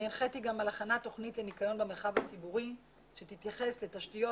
אני הנחיתי גם על הכנת תוכנית לניקיון במרחב הציבורי שתתייחס לתשתיות,